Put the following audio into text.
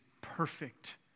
perfect